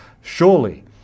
Surely